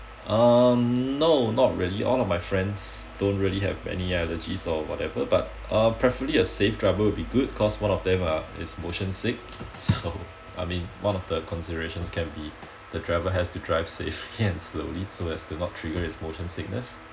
um no not really all of my friends don't really have any allergies or whatever but uh preferably a safe driver will be good cause one of them are is motion sick so I mean one of the considerations can be the driver has to drive safe and slowly so as do not trigger his motion sickness